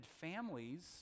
families